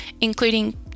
including